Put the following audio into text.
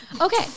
Okay